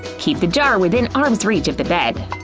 keep the jar within arm's reach of the bed.